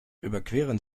überqueren